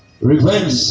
revenge